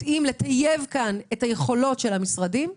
יודעים לטייב את היכולות של המשרדים?